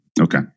Okay